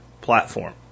platform